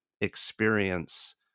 experience